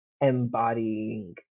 embodying